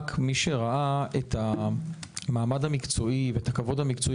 רק מי שראה את המעמד המקצועי ואת הכבוד המקצועי